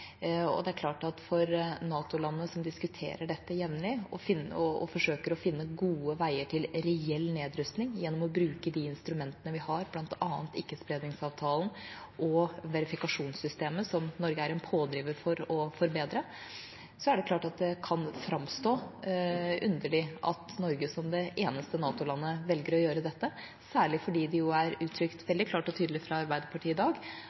Det er klart at det for NATO-landene som diskuterer dette jevnlig og forsøker å finne gode veier til reell nedrustning gjennom å bruke de instrumentene vi har, bl.a. ikkespredningsavtalen og verifikasjonssystemet som Norge er en pådriver for å forbedre, kan framstå underlig at Norge som det eneste NATO-landet velger å gjøre dette, særlig fordi det er uttrykt veldig klart og tydelig fra Arbeiderpartiet i dag